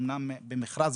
אמנם במכרז,